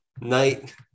night